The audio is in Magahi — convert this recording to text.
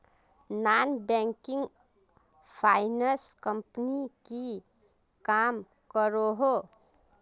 नॉन बैंकिंग फाइनांस कंपनी की काम करोहो?